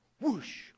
Whoosh